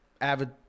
avid